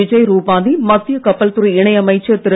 விஜய் ரூபானி மத்திய கப்பல் துறை இணை அமைச்சர் திரு